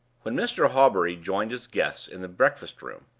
when mr. hawbury joined his guests in the breakfast-room,